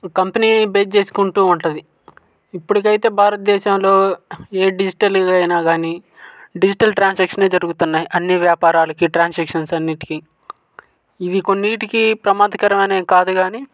company base చేసుకుంటూ ఉంటుంది ఇప్పటికి అయితే భారతదేశంలో ఏ డిజిటల అయినా కానీ డిజిటల్ ట్రాన్సాక్షనే జరుగుతున్నాయి అన్నీ వ్యాపారాలకి ట్రాన్సాక్షన్స్ అన్నిటికి ఇవి కొన్నిటికి ప్రమాదకరము అనే కాదు కానీ